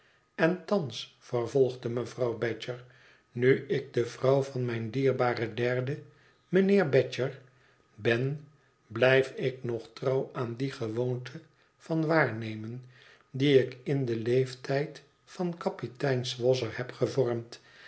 en thans vervolgde mevrouw badger nu ik de vrouw van mijn dierbaren derden mijnheer badger ben blijf ik nog trouw aan die gewoonte van waarnemen die ik in den leeftijd van kapitein swosser heb gevormd